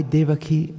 Devaki